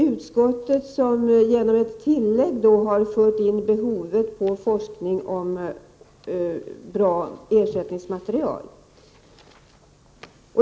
Utskottet har genom ett tillägg fört in behovet av forskning om bra ersättningsmaterial.